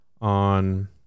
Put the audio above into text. on